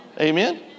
Amen